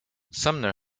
sumner